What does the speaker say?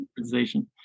organization